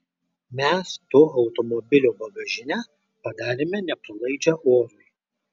mes to automobilio bagažinę padarėme nepralaidžią orui